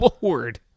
Lord